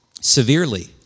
severely